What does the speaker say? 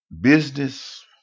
Business